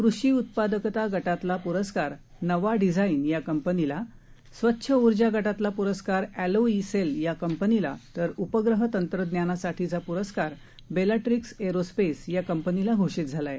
कृषी उत्पादकता गटातला प्रस्कार नवा डिजाईन या कंपनीला स्वच्छ उर्जा गटातला प्रस्कार एलो इ सेल या कंपनीला तर उपग्रह तंत्रज्ञानासाठीचा प्रस्कार बेलाट्रीक्स एरोस्पेस या कंपनीला घोषित झाला आहे